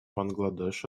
бангладеш